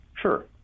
Sure